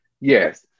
Yes